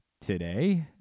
today